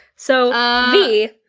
so v,